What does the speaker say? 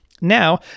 Now